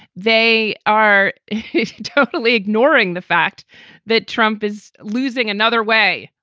they are totally ignoring the fact that trump is losing another way.